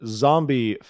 zombie